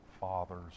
fathers